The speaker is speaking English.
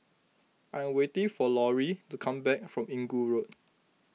I am waiting for Lauri to come back from Inggu Road